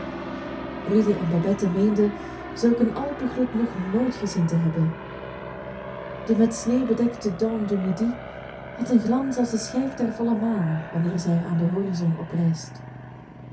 rudy en babette meenden zulk een alpengloed nog nooit gezien te hebben de met sneeuw bedekte dent du midi had een glans als de schijf der volle maan wanneer zij aan den horizon oprijst